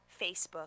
Facebook